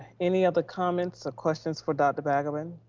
any other comments or questions for dr. balgobin?